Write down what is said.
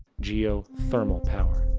geothermal power.